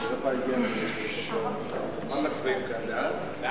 ההצעה להעביר את הנושא לוועדה שתקבע